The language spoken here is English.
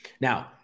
Now